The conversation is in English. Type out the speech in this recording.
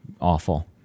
awful